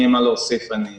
אם יהיה מה להוסיף אני אתייחס.